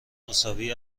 مساوی